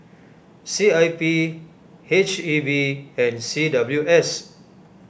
C I P H E B and C W S